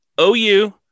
OU